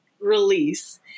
release